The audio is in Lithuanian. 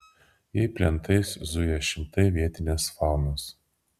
jei plentais zuja šimtai vietinės faunos